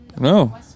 No